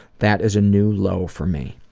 that is a new low for me.